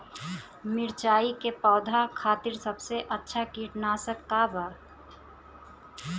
मिरचाई के पौधा खातिर सबसे अच्छा कीटनाशक का बा?